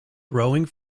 growing